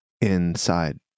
inside